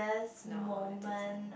no I didn't